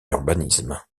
urbanisme